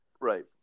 Right